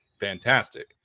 fantastic